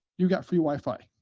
you got free wi-fi.